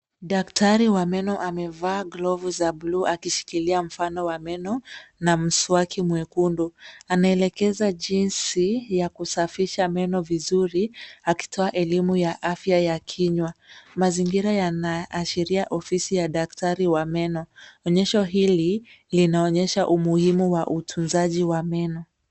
Daktari wa meno amevaa glovu za bluu akishikilia mfano wa meno na mswaki mwekundu. Anaelekeza jinsi ya kusafisha meno vizuri akitoa elimu ya afya ya kinywa. Mazingira yanaashiria ofisi ya daktari wa meno. Onyesho hili linaonyesha umuhimu wa utunzaji wa meno.